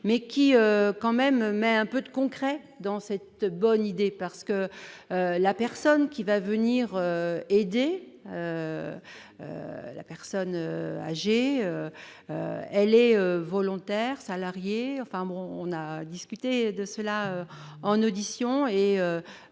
mais qui, quand même, mais un peu de concret dans cette bonne idée parce que la personne qui va venir aider la personne âgée, elle est volontaire, salariés, enfin bon, on a discuté de cela en audition et